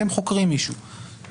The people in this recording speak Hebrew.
אתם חוקרים מישהו,